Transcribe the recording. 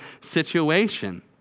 situation